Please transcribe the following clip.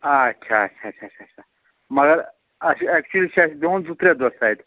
اَچھا اَچھا اَچھا مگر اَسہِ اٮ۪کچُؤلی چھِ اَسہِ بِہُن زٕ ترٛےٚ دۄہ تَتہِ